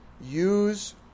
use